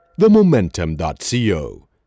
themomentum.co